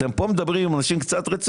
אתם מדברים עם אנשים רציניים.